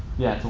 yeah, it's a